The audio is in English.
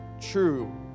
true